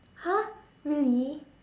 !huh! really